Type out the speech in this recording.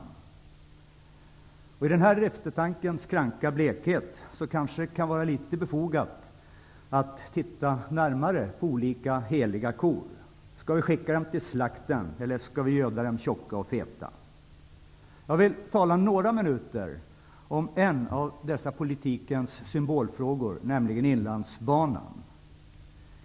Mot bakgrund av denna eftertankens kranka blekhet är det kanske i viss mån befogat att närmare titta på olika heliga kor. Skall vi skicka dem till slakt eller göda dem tjocka och feta? Några minuter vill jag tala om en av dessa politikens symbolfrågor -- Inlandsbanan.